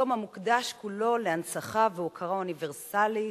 יום המוקדש כולו להנצחה והוקרה אוניברסלית,